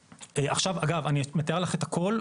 אגב אני מתאר לך את הכל,